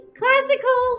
classical